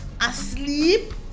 Asleep